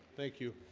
thank you